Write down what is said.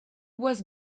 was